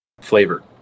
flavor